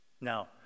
Now